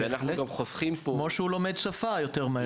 בהחלט, כמו שבגיל הזה הוא לומד שפה יותר מהר.